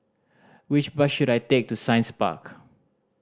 which bus should I take to Science Park